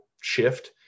shift